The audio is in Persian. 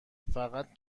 فقط